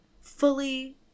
fully